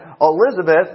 Elizabeth